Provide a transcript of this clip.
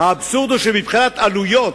האבסורד הוא שמבחינת עלויות